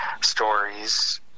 stories